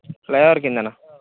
flyover కిందన